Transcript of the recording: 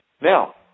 Now